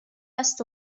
است